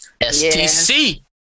stc